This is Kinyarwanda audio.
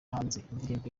yindirimbo